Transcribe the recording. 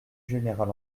général